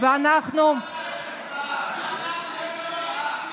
למה אין הצבעה?